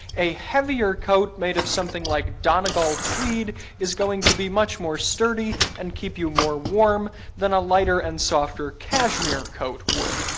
a heavier coat made of something like donegal tweed is going to be much more sturdy and keep you more warm than a lighter and softer cashmere coat would.